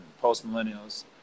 post-millennials